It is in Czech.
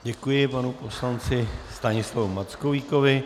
Děkuji panu poslanci Stanislavu Mackovíkovi.